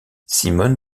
simone